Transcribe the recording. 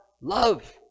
love